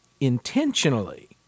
intentionally